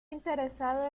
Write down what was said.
interesado